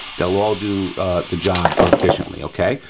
they'll all do the job efficiently, okay.